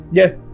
yes